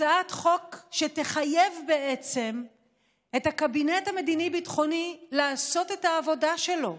הצעת החוק תחייב בעצם את הקבינט המדיני-ביטחוני לעשות את העבודה שלו: